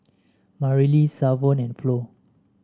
Marilee Savon and Flo